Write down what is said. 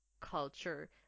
culture